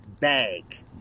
bag